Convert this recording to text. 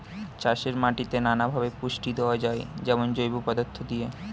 চাষের মাটিতে নানা ভাবে পুষ্টি দেওয়া যায়, যেমন জৈব পদার্থ দিয়ে